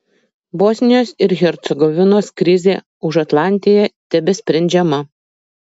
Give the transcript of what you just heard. bosnijos ir hercegovinos krizė užatlantėje tebesprendžiama